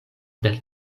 del